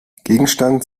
gegenstand